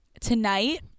Tonight